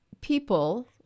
people